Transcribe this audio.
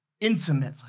intimately